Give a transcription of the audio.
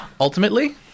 Ultimately